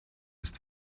ist